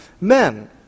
men